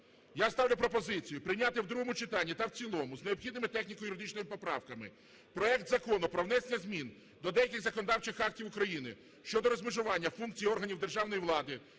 Я ставлю пропозицію прийняти в другому читанні та в цілому з необхідними техніко-юридичними поправками проект Закону про внесення змін до деяких законодавчих актів України щодо розмежування функцій органів державної влади